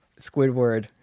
Squidward